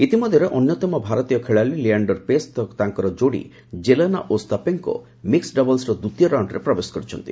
ଇତିମଧ୍ୟରେ ଅନ୍ୟତମ ଭାରତୀୟ ଖେଳାଳି ଲିଆଶ୍ଡର୍ ପେସ୍ ଓ ତାଙ୍କର ଯୋଡ଼ି ଜେଲେନା ଓସ୍ତାପେଙ୍କୋ ମିକୃଡ୍ ଡବଲ୍ସ୍ର ଦ୍ୱିତୀୟ ରାଉଣ୍ଡ୍ରେ ପ୍ରବେଶ କରିଛନ୍ତି